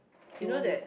you won't